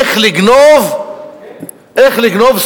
איך לגנוב,